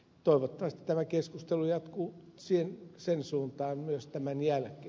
toivottavasti tämä keskustelu jatkuu siihen suuntaan myös tämän jälkeen